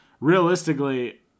Realistically